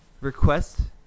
request